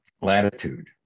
latitude